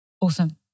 Awesome